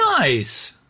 Nice